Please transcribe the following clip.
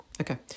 okay